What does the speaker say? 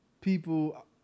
people